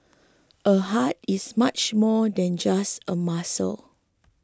a heart is much more than just a muscle